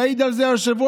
ויעיד על זה היושב-ראש.